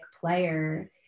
player